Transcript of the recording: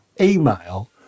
email